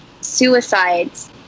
suicides